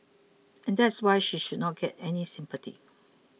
and that is why she should not get any sympathy